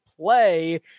play